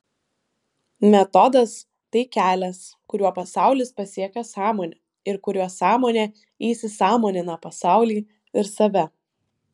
metodas tai kelias kuriuo pasaulis pasiekia sąmonę ir kuriuo sąmonė įsisąmonina pasaulį ir save